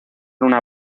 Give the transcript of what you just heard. una